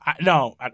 No